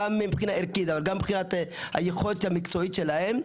גם מבחינה ערכית וגם מבחינת היכולת המקצועית שלהם,